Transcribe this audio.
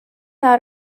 out